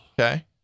Okay